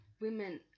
women